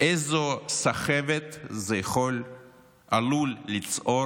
איזו סחבת זה עלול ליצור